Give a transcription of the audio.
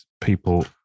people